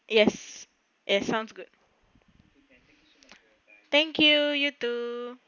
yes and sounds good thank you you too